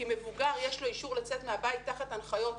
כי מבוגר יש לו אישור לצאת מהבית תחת הנחיות,